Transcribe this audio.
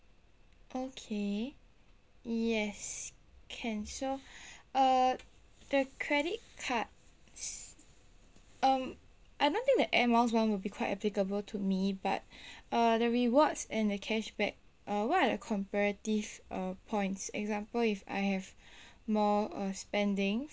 okay yes can so uh the credit cards um I don't think the air miles one will be quite applicable to me but uh the rewards and the cashback uh what are the comparative uh points example if I have more uh spendings